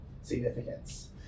significance